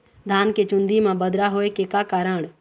धान के चुन्दी मा बदरा होय के का कारण?